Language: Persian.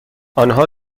آنها